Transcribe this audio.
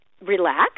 relax